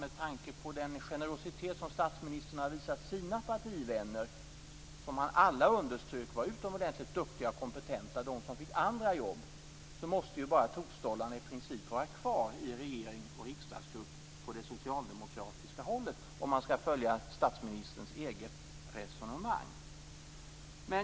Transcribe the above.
Med tanke på den generositet som statsministern har visat sina partivänner som fick andra jobb, och som alla, vilket han underströk, var utomordentligt duktiga och kompetenta, måste i princip bara tokstollarna vara kvar i regering och riksdagsgrupp på det socialdemokratiska hållet, om man skall följa statsministerns eget resonemang.